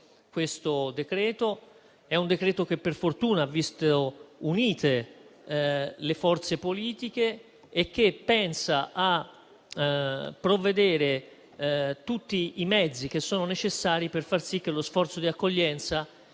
questo decreto-legge, che per fortuna ha visto unite le forze politiche e che cerca di provvedere a tutti i mezzi che sono necessari per far sì che lo sforzo di accoglienza sia